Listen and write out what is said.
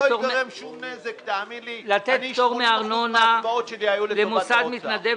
התשע"ט 2018 תיקון סעיף 5 1. בפקודת מסי העירייה ומסי הממשלה (פטורין),